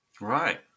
Right